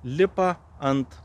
lipa ant